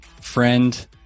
friend